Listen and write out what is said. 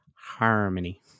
Harmony